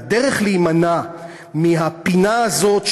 והדרך להימנע מהפינה הזאת,